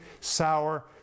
sour